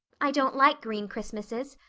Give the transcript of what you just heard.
i don't like green christmases.